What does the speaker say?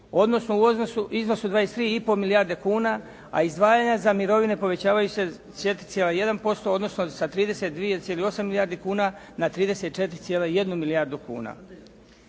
odnosno u iznosu 23 i pol milijarde kuna, a izdvajanja za mirovine povećavaju se 4,1% u odnosu sa 32,8 milijardi kuna 34,1 milijardu kuna.